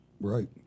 Right